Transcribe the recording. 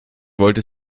wollte